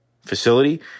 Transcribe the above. facility